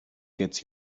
gets